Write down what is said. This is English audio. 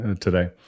today